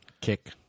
Kick